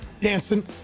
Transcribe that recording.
dancing